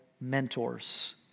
mentors